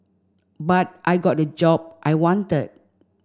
but I got the job I wanted